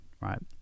right